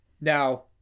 now